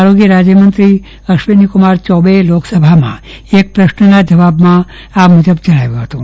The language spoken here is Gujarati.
આરોગ્ય રાજ્યમંત્રી અશ્વિનીકુમાર યૌવેએ લોકસભામાં એક પ્રશ્નના જવાબમાં આ મુજબ જણાવ્યું હતું